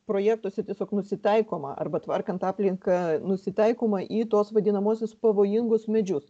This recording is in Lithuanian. projektuose tiesiog nusitaikoma arba tvarkant aplinką nusitaikoma į tuos vadinamuosius pavojingus medžius